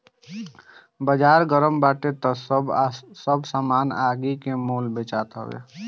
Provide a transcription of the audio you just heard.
बाजार गरम बाटे तअ सब सामान आगि के मोल बेचात हवे